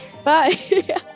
Bye